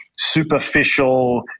superficial